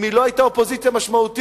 אם היא לא היתה אופוזיציה משמעותית,